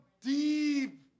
deep